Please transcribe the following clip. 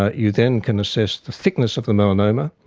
ah you then can assess the thickness of the melanoma,